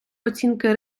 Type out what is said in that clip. оцінки